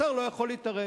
השר לא יכול להתערב.